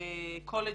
קולג'ים,